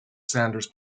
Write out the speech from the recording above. sanders